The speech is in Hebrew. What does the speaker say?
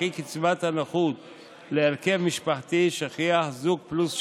וכי קצבת הנכות להרכב משפחתי שכיח זוג פלוס שניים,